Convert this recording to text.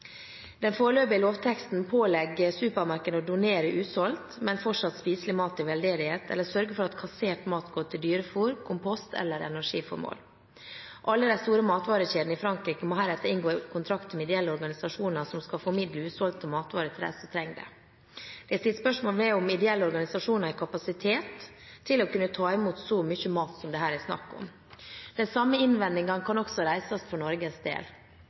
Den foreløpige lovteksten pålegger supermarkedene å donere usolgt, men fortsatt spiselig mat til veldedighet, eller sørge for at kassert mat går til dyrefôr, kompost eller energiformål. Alle de store matvarekjedene i Frankrike må heretter inngå kontrakter med ideelle organisasjoner, som skal formidle usolgte matvarer til dem som trenger det. Det er stilt spørsmål ved om de ideelle organisasjonene har kapasitet til å kunne ta imot så mye mat som det her er snakk om. Den samme innvendingen kan også reises for Norges del.